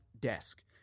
desk